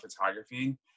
photography